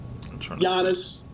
Giannis